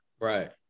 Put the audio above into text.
Right